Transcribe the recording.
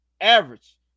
average